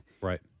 Right